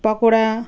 pakora